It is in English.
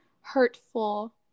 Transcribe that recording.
hurtful